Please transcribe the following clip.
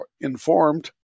informed